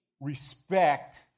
respect